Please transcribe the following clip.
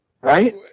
right